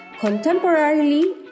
contemporarily